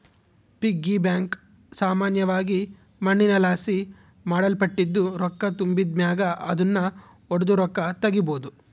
piggy bank ಸಾಮಾನ್ಯವಾಗಿ ಮಣ್ಣಿನಲಾಸಿ ಮಾಡಲ್ಪಟ್ಟಿದ್ದು, ರೊಕ್ಕ ತುಂಬಿದ್ ಮ್ಯಾಗ ಅದುನ್ನು ಒಡುದು ರೊಕ್ಕ ತಗೀಬೋದು